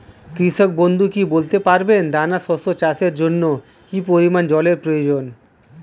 কৃষক বন্ধু কি বলতে পারবেন দানা শস্য চাষের জন্য কি পরিমান জলের প্রয়োজন?